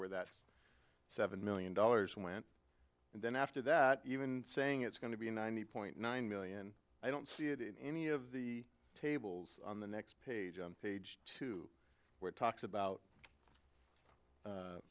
aware that seven million dollars went and then after that even saying it's going to be ninety point nine million i don't see it in any of the tables on the next page on page two where talks about